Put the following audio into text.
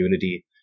unity